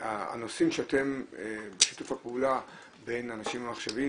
הנושאים שאתם בשיתוף הפעולה בין 'אנשים ומחשבים'